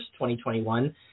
2021